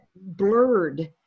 blurred